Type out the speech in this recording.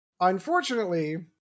unfortunately